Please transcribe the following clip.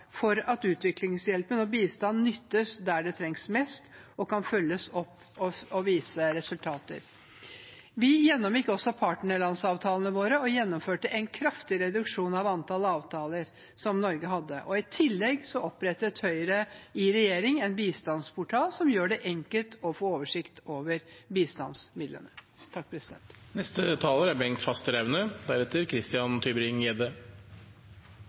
for at utviklingshjelpen og bistanden nyttes der det trengs mest, og kan følges opp og vise resultater. Vi gjennomgikk også partnerlandsavtalene våre og gjennomførte en kraftig reduksjon av antall avtaler som Norge hadde. I tillegg opprettet Høyre i regjering en bistandsportal som gjør det enkelt å få oversikt over bistandsmidlene. Vi i Senterpartiet deler representantenes syn på at det er